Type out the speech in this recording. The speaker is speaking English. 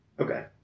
Okay